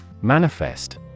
Manifest